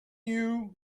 you